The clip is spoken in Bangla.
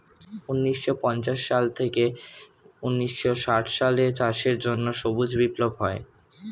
ঊন্নিশো পঞ্চাশ সাল থেকে ঊন্নিশো ষাট সালে চাষের জন্য সবুজ বিপ্লব হয়